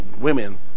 women